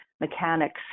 mechanics